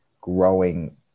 growing